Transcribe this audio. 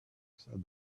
said